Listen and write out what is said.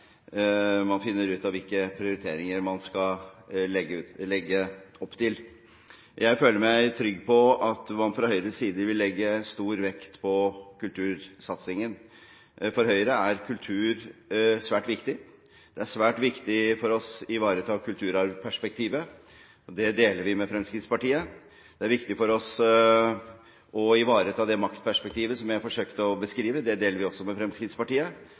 man finner ut av hvilke prioriteringer man skal legge opp til. Jeg føler meg trygg på at man fra Høyres side vil legge stor vekt på kultursatsingen. For Høyre er kultur svært viktig. Det er svært viktig for oss å ivareta kulturarvperspektivet – det synspunktet deler vi med Fremskrittspartiet. Det er viktig for oss å ivareta det maktperspektivet som jeg forsøkte å beskrive – det synspunktet deler vi også med Fremskrittspartiet.